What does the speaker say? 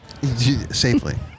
Safely